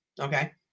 Okay